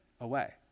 away